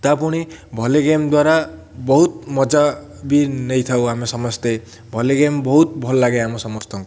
ତା ପୁଣି volley game ଦ୍ୱାରା ବହୁତ ମଜା ବି ନେଇ ଥାଉ ଆମେ ସମସ୍ତେ ଭଲି ଗେମ୍ ବହୁତ ଭଲ ଲାଗେ ଆମ ସମସ୍ତଙ୍କୁ